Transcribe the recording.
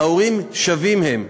ההורים שווים הם,